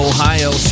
Ohio